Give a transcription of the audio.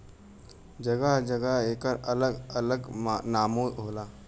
जगह जगह एकर अलग अलग नामो होला